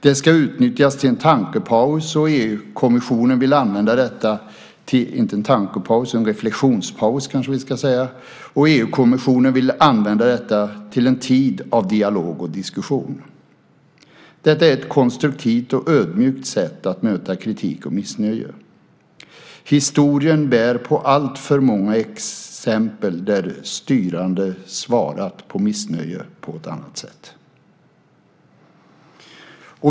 Det ska utnyttjas till en reflexionspaus, och EU-kommissionen vill använda detta till en tid av dialog och diskussion. Detta är ett konstruktivt och ödmjukt sätt att möta kritik och missnöje. Historien bär på alltför många exempel på att styrande svarat på missnöje på ett annat sätt.